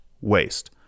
waste